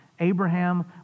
Abraham